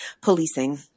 policing